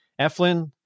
Eflin